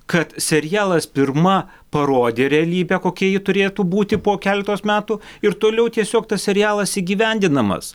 kad serialas pirma parodė realybę kokia ji turėtų būti po keletos metų ir toliau tiesiog tas serialas įgyvendinamas